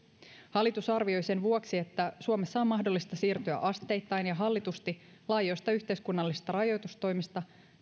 hallitus arvioi sen vuoksi että suomessa on mahdollista siirtyä asteittain ja hallitusti laajoista yhteiskunnallisista rajoitustoimista